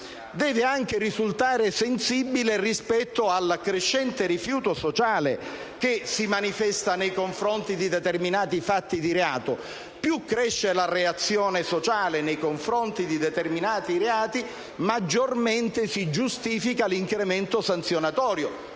deve anche risultare sensibile rispetto al crescente rifiuto sociale che si manifesta nei confronti di determinati fatti di reato. Più cresce la reazione sociale nei confronti di determinati reati, maggiormente si giustifica l'incremento sanzionatorio;